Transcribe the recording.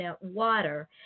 water